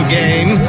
game